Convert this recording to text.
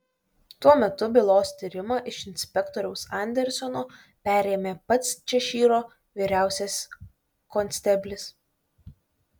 tuo metu bylos tyrimą iš inspektoriaus andersono perėmė pats češyro vyriausias konsteblis